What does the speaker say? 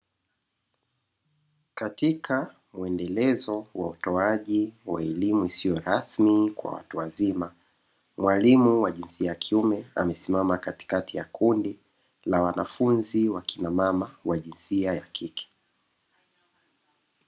Katika muendelezo wa utoaji wa elimu isiyo rasmi kwa watu wazima mwalimu wa jinsia ya kiume, amesimama katikati ya kundi la wanafunzi wakina mama wa jinsia ya kike.